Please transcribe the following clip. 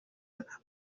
bihura